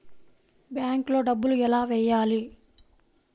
బ్యాంక్లో డబ్బులు ఎలా వెయ్యాలి?